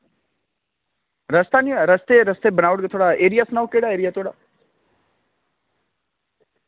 रस्ता निं ऐ तुस रस्ता बनाई देगे तुस सनाओ थुआढ़ा एरिया केह्ड़ा